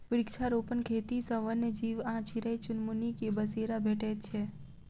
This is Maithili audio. वृक्षारोपण खेती सॅ वन्य जीव आ चिड़ै चुनमुनी के बसेरा भेटैत छै